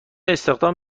استخدام